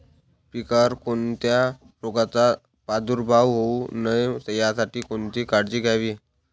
पिकावर कोणत्याही रोगाचा प्रादुर्भाव होऊ नये यासाठी कोणती काळजी घ्यावी?